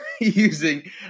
using